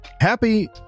happy